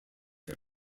him